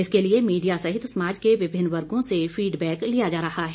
इसके लिए मीडिया सहित समाज के विभिन्न वर्गों से फीडबैक लिया जा रहा है